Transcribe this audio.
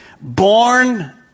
Born